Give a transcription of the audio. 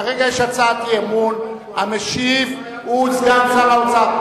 כרגע יש הצעת אי-אמון, המשיב הוא סגן שר האוצר.